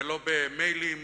ולא במיילים.